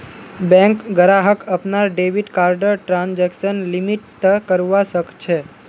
bank ग्राहक अपनार debit कार्डर ट्रांजेक्शन लिमिट तय करवा सख छ